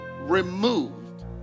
removed